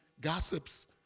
gossip's